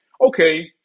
okay